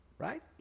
Right